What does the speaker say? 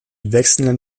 wechselnden